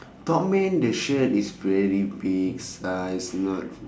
topman the shirt is very big size not